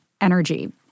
energy